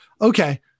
Okay